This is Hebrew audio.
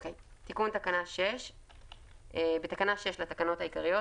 תיקון תקנה 6 בתקנה 6 לתקנות העיקריות,